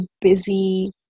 busy